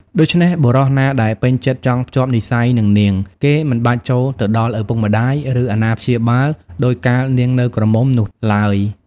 ដូច្នេះ បុរសណាដែលពេញចិត្តចង់ភ្ជាប់និស្ស័យនឹងនាង គេមិនបាច់ចូលទៅដល់ឪពុកម្ដាយ ឬអាណាព្យាបាលដូចកាលនាងនៅក្រមុំនោះឡើយ ។